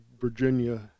Virginia